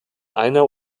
einer